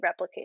replicated